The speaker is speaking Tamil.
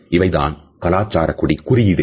இவைதான் கலாசார குறியீடுகள்